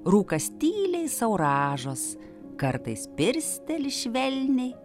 rūkas tyliai sau rąžos kartais pirsteli švelniai